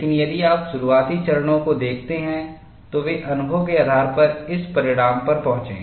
लेकिन यदि आप शुरुआती चरणों को देखते हैं तो वे अनुभव के आधार पर इस परिणाम पर पहुंचे